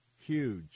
huge